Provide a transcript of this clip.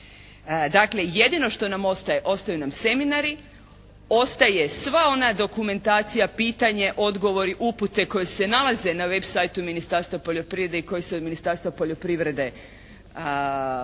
Dakle jedino što nam ostaje, ostaju nam seminari, ostaje sva ona dokumentacija, pitanje, odgovoriti, upute koje se nalaze na web sajtu Ministarstva poljoprivrede i koji se od Ministarstva poljoprivrede mogu